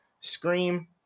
Scream